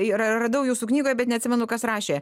ir radau jūsų knygoje bet neatsimenu kas rašė